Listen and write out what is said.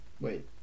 Wait